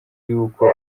yuko